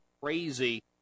crazy